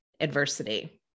adversity